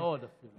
מאוד, אפילו.